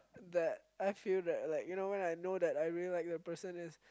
that I feel that like you know when I know that I really like the person is